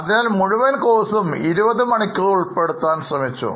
അതിനാൽ മുഴുവൻ കോഴ്സും 20 മണിക്കൂറിൽ ഉൾപ്പെടുത്താൻ ശ്രമിച്ചു